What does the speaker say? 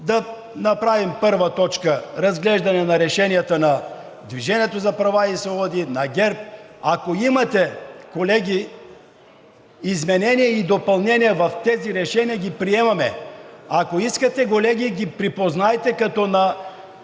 да направим първа точка разглеждане на решенията на „Движение за права и свободи“, на ГЕРБ. Ако имате, колеги, изменения и допълнения в тези решения, ги приемаме. Ако искате, колеги, ги припознайте като на